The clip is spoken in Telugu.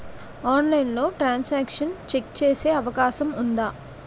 ఆన్లైన్లో ట్రాన్ సాంక్షన్ చెక్ చేసే అవకాశం ఉందా?